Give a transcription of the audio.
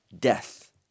death